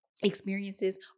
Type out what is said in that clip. experiences